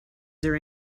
there